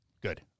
Good